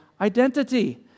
identity